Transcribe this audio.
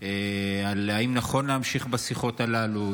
על אם נכון להמשיך בשיחות הללו.